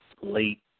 late